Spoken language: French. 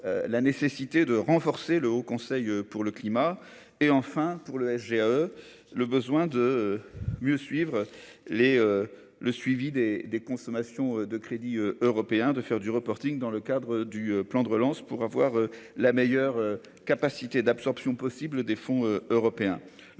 la nécessité de renforcer le Haut Conseil pour le climat et enfin pour le SGE, le besoin de mieux suivre les le suivi des des consommations de crédits européens de faire du reporting dans le cadre du plan de relance pour avoir la meilleure capacité d'absorption possible des fonds européens,